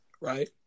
right